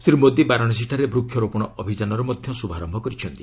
ଶ୍ରୀ ମୋଦୀ ବାରାଣସୀଠାରେ ବୃକ୍ଷରୋପଣ ଅଭିଯାନର ମଧ୍ୟ ଶୁଭାରମ୍ଭ କରିଛନ୍ତି